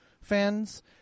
fans